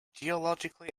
geologically